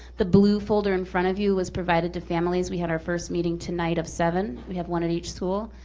the blue folder in front of you was provided to families. we had our first meeting tonight of seven. we had one at each school.